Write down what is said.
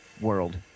world